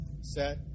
set